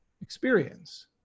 experience